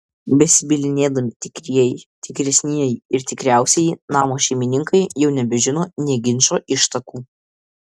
besibylinėdami tikrieji tikresnieji ir tikriausieji namo šeimininkai jau nebežino nė ginčo ištakų